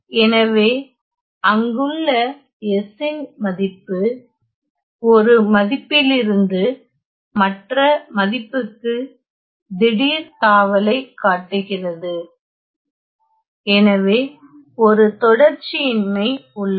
எனவே அங்குள்ள S இன் மதிப்பு ஒரு மதிப்பிலிருந்து மற்ற மதிப்புக்கு திடீர் தாவலைக் காட்டுகிறது எனவே ஒரு தொடர்ச்சியின்மை உள்ளது